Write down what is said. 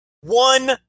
one